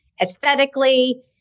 aesthetically